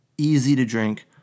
easy-to-drink